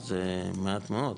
אז זה מעט מאוד,